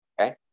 Okay